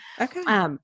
Okay